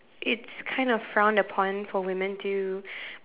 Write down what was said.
it's kind of frowned upon for women to